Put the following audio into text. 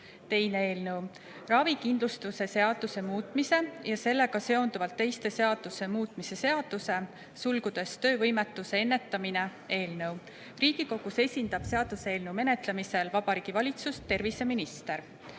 Teine eelnõu: ravikindlustuse seaduse muutmise ja sellega seonduvalt teiste seaduste muutmise seaduse (töövõimetuse ennetamine) eelnõu. Riigikogus esindab seaduseelnõu menetlemisel Vabariigi Valitsust terviseminister.